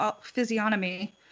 physiognomy